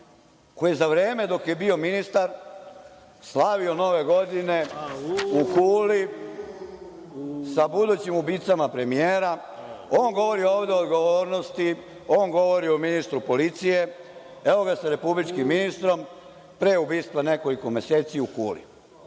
ko je za vreme dok je bio ministar slavio nove godine u Kuli sa budućim ubicama premijera, on govori ovde o odgovornosti, on govori o ministru policije. Evo ga sa republičkim ministrom, pre ubistva nekoliko meseci, u Kuli.